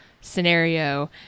scenario